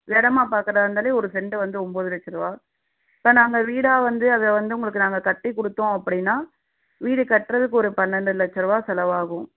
இடமா பார்க்கறதா இருந்தாலே ஒரு சென்ட்டு வந்து ஒம்பது லட்சரூவா இப்போ நாங்கள் வீடாக வந்து அதை வந்து உங்களுக்கு நாங்கள் கட்டி கொடுத்தோம் அப்படின்னா வீடு கட்டுறதுக்கு ஒரு பன்னெண்டு லட்சரூவா செலவாகும்